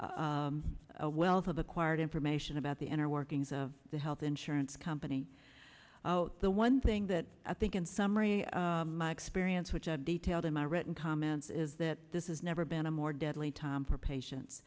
have a wealth of acquired information about the inner workings of the health insurance company the one thing that i think in summary my experience which i detailed in my written comments is that this is never been a more deadly time for patients